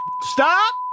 Stop